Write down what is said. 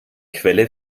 quelle